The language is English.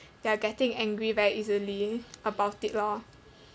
you're getting angry very easily about it lor